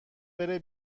بره